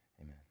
Amen